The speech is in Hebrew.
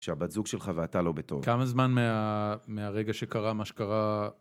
כשהבת זוג שלך ואתה לא בטוב. כמה זמן מהרגע שקרה מה שקרה...